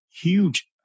huge